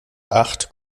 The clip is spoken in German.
acht